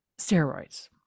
steroids